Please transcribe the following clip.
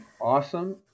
awesome